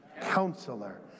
Counselor